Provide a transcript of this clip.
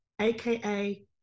aka